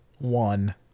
one